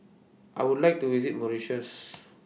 I Would like to visit Mauritius